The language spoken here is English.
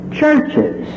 churches